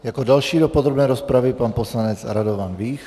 Jako další do podrobné rozpravy pan poslanec Radovan Vích.